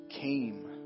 came